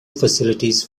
facilities